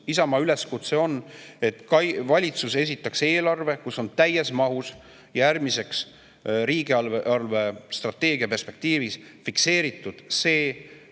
Isamaa üleskutse on, et valitsus esitaks eelarve, kus on täies mahus järgmise riigi eelarvestrateegia perspektiivis fikseeritud see